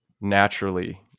naturally